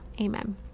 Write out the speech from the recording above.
Amen